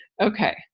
Okay